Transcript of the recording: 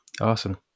Awesome